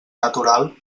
natural